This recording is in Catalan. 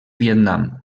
vietnam